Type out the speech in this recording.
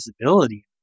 visibility